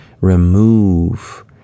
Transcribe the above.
remove